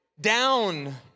down